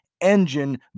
engine